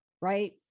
right